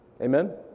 Amen